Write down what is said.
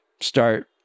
start